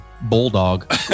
bulldog